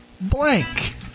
blank